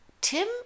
Tim